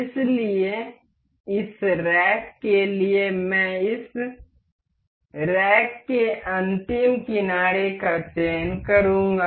इसलिए इस रैक के लिए मैं इस रैक के अंतिम किनारे का चयन करूंगा